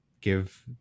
give